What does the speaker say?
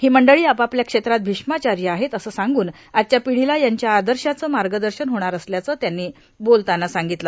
ही मंडळी आपआपल्या क्षेत्रात भीष्माचार्य आहेत असं सांग्रन आजच्या पिढीला यांच्या आदर्शाचं मार्गदर्शन होणार असल्याचं त्यांनी बोलताना सांगितलं